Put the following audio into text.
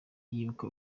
yibuka